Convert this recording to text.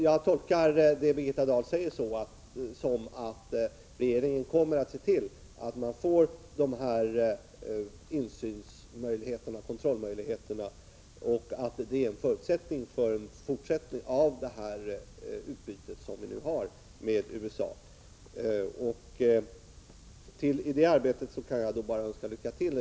Jag tolkar det Birgitta Dahl säger som att regeringen kommer att se till att man får dessa insynsoch kontrollmöjligheter och att det är en förutsättning för en fortsättning av det utbyte vi nu har med USA. I det arbetet kan jag bara önska lycka till.